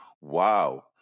wow